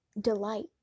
delight